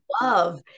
love